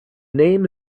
name